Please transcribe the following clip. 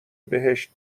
بهشت